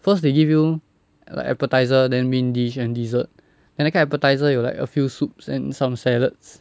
first they give you like appetiser then main dish and dessert then 那个 appetiser 有 like a few soups and some salads